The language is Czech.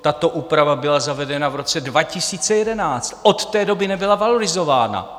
Tato úprava byla zavedena v roce 2011, od té doby nebyla valorizována.